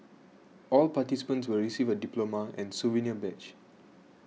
all participants will receive a diploma and souvenir badge